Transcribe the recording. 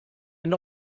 and